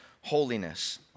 holiness